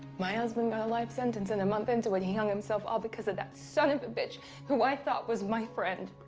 my husband got a life sentence and a month into it, he hung himself all because of that son of a bitch who i thought was my friend.